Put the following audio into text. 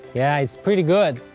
yeah, it's pretty good!